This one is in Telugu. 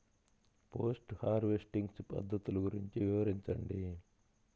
పోస్ట్ హార్వెస్టింగ్ పద్ధతులు గురించి వివరించండి?